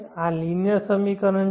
આ લિનિયર સમીકરણ છે